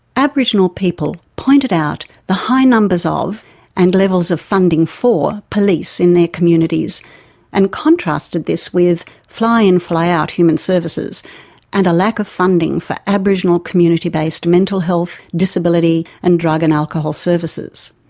aboriginal people pointed out the high numbers ah of and levels of funding for police in their communities and contrasted this with fly-in, fly-out human services and a lack of funding for aboriginal community-based mental health, disability and drug and alcohol services.